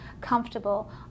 comfortable